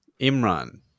Imran